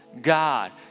God